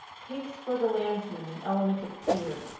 takes for the landsman an element of fear,